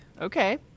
Okay